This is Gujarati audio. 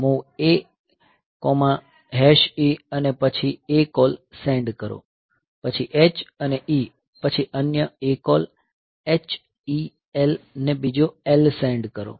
MOV AE અને પછી ACALL સેન્ડ કરો પછી H અને E પછી અન્ય ACALL H E L ને બીજો L સેન્ડ કરો